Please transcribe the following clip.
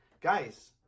Guys